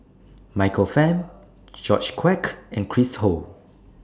Michael Fam George Quek and Chris Ho